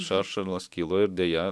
šaršalas kilo ir deja